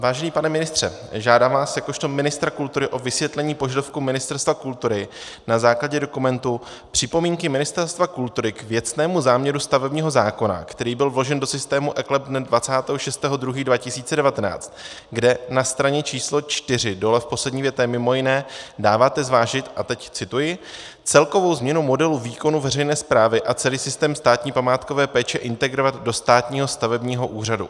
Vážený pane ministře, žádám vás jakožto ministra kultury o vysvětlení požadavku Ministerstva kultury na základě dokumentu Připomínky Ministerstva kultury k věcnému záměru stavebního zákona, který byl vložen do systému eKLEP dne 26. 2. 2019, kde na straně číslo 4 dole v poslední větě mj. dáváte zvážit a teď cituji: celkovou změnu modelu výkonu veřejné správy a celý systém státní památkové péče integrovat do státního stavebního úřadu.